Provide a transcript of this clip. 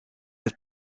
het